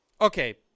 Okay